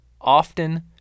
often